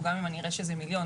או גם אם אני אראה שזה מיליון,